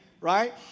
right